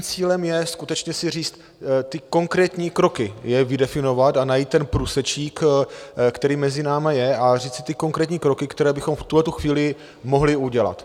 Cílem je skutečně si říct ty konkrétní kroky, jak je vydefinovat a najít ten průsečík, který mezi námi je, a říct si ty konkrétní kroky, které bychom v tuhle chvíli mohli udělat.